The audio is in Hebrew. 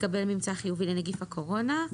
התקבל ממצא חיובי לנגיף הקורונה,